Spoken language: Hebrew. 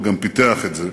הוא גם פיתח את זה.